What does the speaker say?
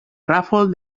ràfol